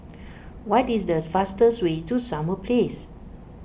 what is the fastest way to Summer Place